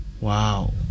Wow